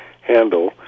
handle